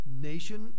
Nation